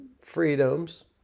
freedoms